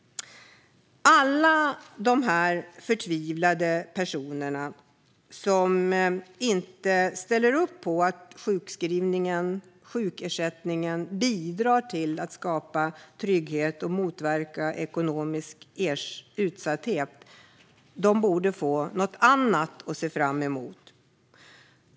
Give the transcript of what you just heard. Alla de här förtvivlade personerna som inte ställer upp på att sjukskrivningen och sjukersättningen bidrar till att skapa trygghet och motverka ekonomisk utsatthet borde få något annat att se fram emot.